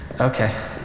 Okay